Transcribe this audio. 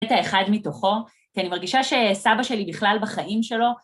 ‫את האחד מתוכו, כי אני מרגישה ‫שסבא שלי בכלל בחיים שלו...